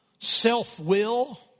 self-will